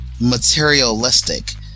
materialistic